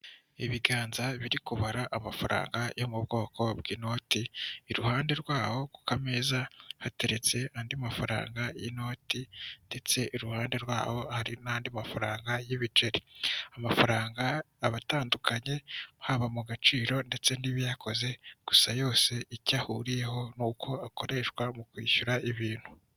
Ibiganza biri kubara amafaranga yo mu bwoko bw'inoti iruhande rwaho kuka meza hateretse andi mafaranga y'inoti ndetse iruhande rwabo hari n'andi mafaranga y'ibiceri, amafaranga aba atandukanye haba mu gaciro ndetse n'ibiyakoze gusa yose icya ahuriyeho nuko akoreshwa mu kwishyura ibintu.